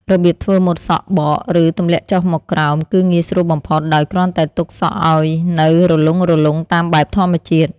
របៀបធ្វើម៉ូតសក់បក ឬទម្លាក់ចុះមកក្រោម គឺងាយស្រួលបំផុត ដោយគ្រាន់តែទុកសក់ឱ្យនៅរលុងៗ តាមបែបធម្មជាតិ។